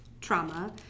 trauma